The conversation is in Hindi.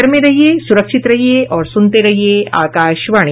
घर में रहिये सुरक्षित रहिये और सुनते रहिये आकाशवाणी